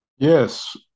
Yes